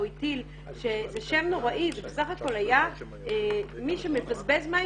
הטיל שזה שם נוראי זה בסך הכול היה שמי שמבזבז מים,